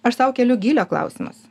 aš sau keliu gylio klausimus